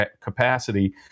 capacity